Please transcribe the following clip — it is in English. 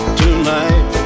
tonight